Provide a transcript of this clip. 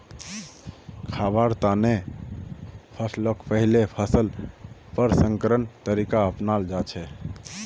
खाबार तने फसलक पहिले फसल प्रसंस्करण तरीका अपनाल जाछेक